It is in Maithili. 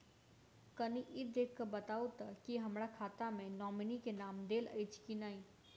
कनि ई देख कऽ बताऊ तऽ की हमरा खाता मे नॉमनी केँ नाम देल अछि की नहि?